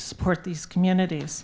support these communities